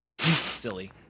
silly